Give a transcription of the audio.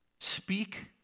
speak